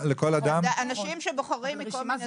חוק שירותי רווחה לאנשים עם מוגבלות,